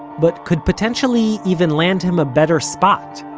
but could potentially even land him a better spot,